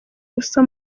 ubusa